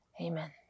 amen